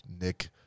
Nick